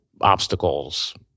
obstacles